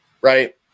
right